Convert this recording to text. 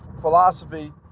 philosophy